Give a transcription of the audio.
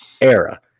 era